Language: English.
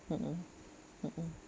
mm mm